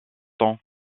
temps